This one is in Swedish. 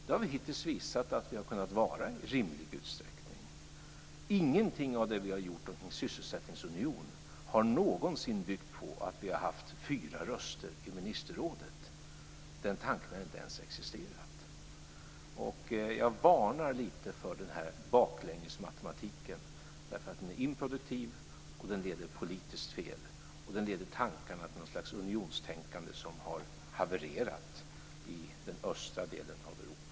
Det har vi hittills visat att vi har kunnat vara i rimlig utsträckning. Ingenting av det vi har gjort omkring sysselsättningsunion har någonsin byggt på att vi har haft fyra röster i ministerrådet. Den tanken har inte ens existerat. Jag varnar lite för baklängesmatematiken. Den är improduktiv, och den leder politiskt fel. Den leder tankarna till något slags unionstänkande som har havererat i den östra delen av Europa.